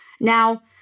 Now